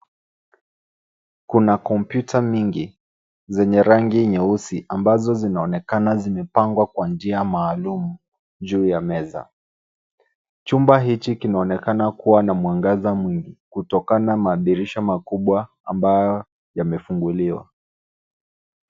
Kuna kompyuta mingi zenye rangi nyeusi, ambazo zinaonekana zimepangwa kwa njia maalum juu ya meza. Chumba hiki kinaonekana kuwa na mwangaza mwingi kutokana na madirisha makubwa ambayo yamefunguliwa.